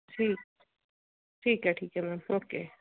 ਜੀ ਠੀਕ ਹੈ ਠੀਕ ਹੈ ਮੈਮ ਓਕੇ